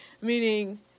meaning